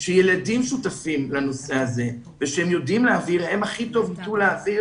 כשילדים שותפים לנושא הזה והם יודעים להעביר הם הכי טוב ידעו להעביר